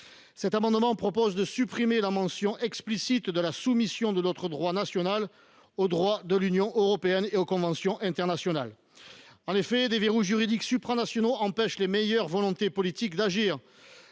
la mention explicite, qui figure dans ce code, de la soumission de notre droit national au droit de l’Union européenne et aux conventions internationales. En effet, des verrous juridiques supranationaux empêchent les meilleures volontés politiques d’agir.